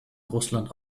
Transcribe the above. russland